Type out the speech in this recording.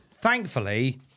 Thankfully